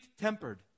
tempered